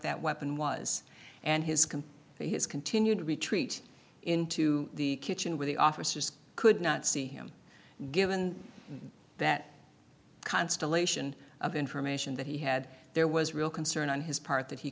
that weapon was and his can for his continued retreat into the kitchen where the officers could not see him given that constellation of information that he had there was real concern on his part that he